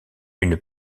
une